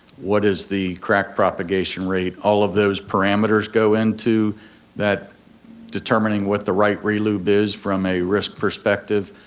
what is the crack propagation rate, all of those parameters go into that determining what the right relube is from a risk perspective,